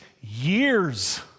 years